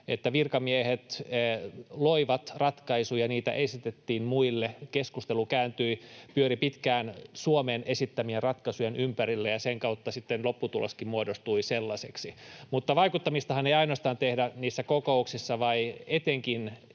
että virkamiehet loivat ratkaisuja ja niitä esitettiin muille. Keskustelu pyöri pitkään Suomen esittämien ratkaisujen ympärillä, ja sen kautta sitten lopputuloskin muodostui sellaiseksi. Mutta vaikuttamistahan ei tehdä ainoastaan niissä kokouksissa